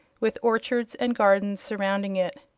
with orchards and gardens surrounding it.